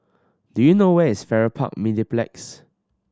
do you know where is Farrer Park Mediplex